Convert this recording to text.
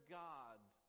gods